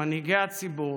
מנהיגי הציבור,